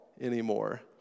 anymore